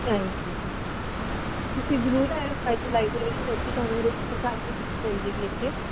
thank you ਤੁਸੀਂ ਜ਼ਰੂਰ ਆਇਓ ਸਾਡੀ ਲਾਇਬ੍ਰੇਰੀ ਵਿੱਚ ਤੁਹਾਨੂੰ ਹਰੇਕ ਪ੍ਰਕਾਰ ਦੀ ਮਿਲ ਜਾਏਗੀ ਇੱਥੇ